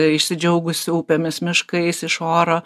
išsidžiaugusi upėmis miškais iš oro